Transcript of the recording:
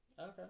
Okay